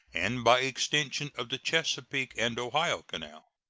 and by extension of the chesapeake and ohio canal.